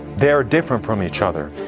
they are different from each other.